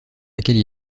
laquelle